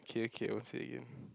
K okay won't say again